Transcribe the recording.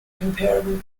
comparable